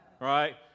Right